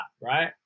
right